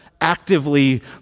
actively